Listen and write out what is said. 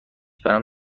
برام